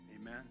Amen